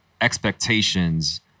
expectations